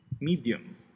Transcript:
medium